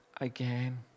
again